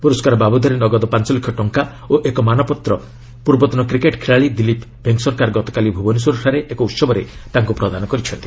ପ୍ରରସ୍କାର ବାବଦରେ ନଗଦ ପାଞ୍ଚ ଲକ୍ଷ ଟଙ୍କା ଓ ଏକ ମାନପତ୍ର ପୂର୍ବତନ କ୍ରିକେଟ୍ ଖେଳାଳି ଦିଲ୍ଲୀପ ଭେଙ୍କସରକାର ଗତକାଲି ଭ୍ରବନେଶ୍ୱରଠାରେ ଏକ ଉତ୍ସବରେ ତାଙ୍କ ପ୍ରଦାନ କରିଛନ୍ତି